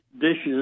dishes